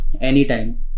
anytime